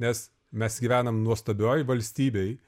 nes mes gyvenam nuostabioj valstybėj